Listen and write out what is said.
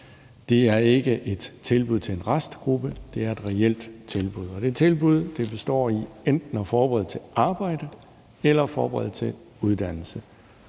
Det er ikke et tilbud til en restgruppe; det er et reelt tilbud. Og det tilbud består i enten at forberede til arbejde eller at forberede til uddannelse,